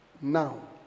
now